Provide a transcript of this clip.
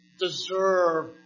deserve